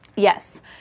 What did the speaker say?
Yes